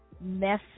mess